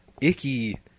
icky